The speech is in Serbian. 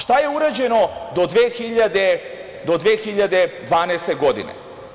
Šta je urađeno do 2012. godine?